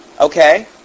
Okay